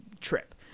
trip